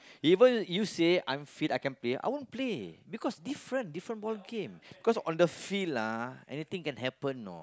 even you say I'm fit I can Play I won't play because different different ball game because on the field ah anything can happen you know